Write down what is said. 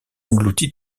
englouti